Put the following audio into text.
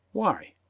why?